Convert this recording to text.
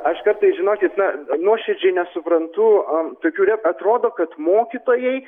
aš kartais žinokit na nuoširdžiai nesuprantu tokių atrodo kad mokytojai